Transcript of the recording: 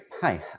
Hi